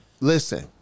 Listen